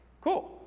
Cool